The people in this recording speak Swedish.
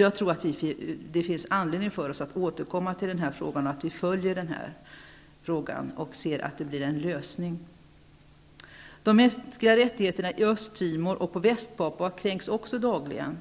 Jag tror att det finns anledning att återkomma i den här frågan, och att följa den och se till att den får en lösning. Västpapua kränks också dagligen.